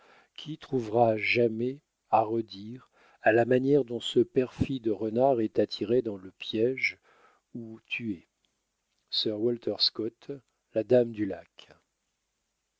qui trouvera jamais à redire à la manière dont ce perfide renard est attiré dans le piège ou tué sir walter scott la dame du lac